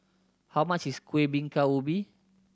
how much is Kuih Bingka Ubi